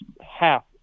half